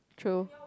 true